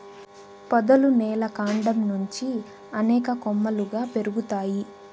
పొదలు నేల కాండం నుంచి అనేక కొమ్మలుగా పెరుగుతాయి